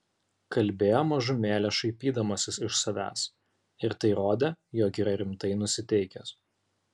kalbėjo mažumėlę šaipydamasis iš savęs ir tai rodė jog yra rimtai nusiteikęs